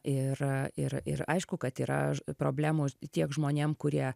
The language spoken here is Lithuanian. ir ir ir aišku kad yra problemų tiek žmonėm kurie